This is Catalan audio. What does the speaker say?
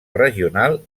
regional